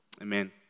Amen